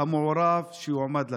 המעורב יועמד לדין.